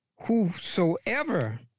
whosoever